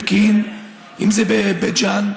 אם זה בפקיעין,